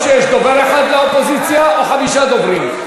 או שיש דובר אחד לאופוזיציה או חמישה דוברים.